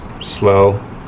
slow